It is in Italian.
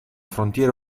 frontiera